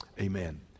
Amen